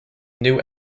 new